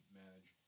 manage